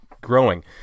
growing